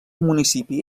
municipi